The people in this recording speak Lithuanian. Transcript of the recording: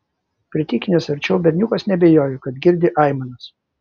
pritykinęs arčiau berniukas neabejojo kad girdi aimanas